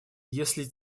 если